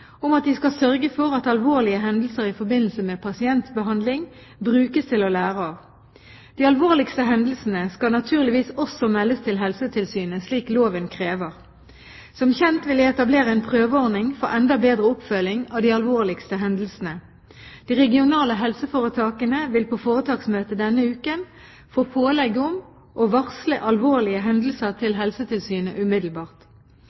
om at de skal sørge for at alvorlige hendelser i forbindelse med pasientbehandling brukes til å lære av. De alvorligste hendelsene skal naturligvis også meldes til Helsetilsynet, slik loven krever. Som kjent vil jeg etablere en prøveordning for enda bedre oppfølging av de alvorligste hendelsene. De regionale helseforetakene vil på foretaksmøtet denne uken få pålegg om å varsle om alvorlige hendelser